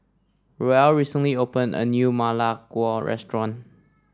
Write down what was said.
Ruel recently opened a new Ma Lai Gao restaurant